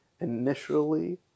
initially